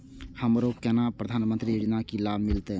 हमरो केना प्रधानमंत्री योजना की लाभ मिलते?